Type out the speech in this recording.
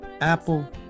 Apple